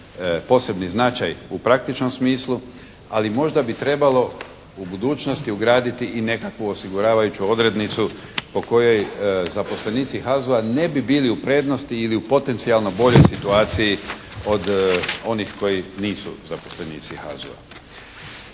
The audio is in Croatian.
posebni značaj u praktičnom smislu, ali možda bi trebalo u budućnosti ugraditi i nekakvu osiguravajuću odrednicu po kojoj zaposlenici HAZO-a ne bi bili u prednosti ili potencijalno boljoj situaciji od onih koji nisu zaposlenici HAZO-a.